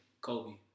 Kobe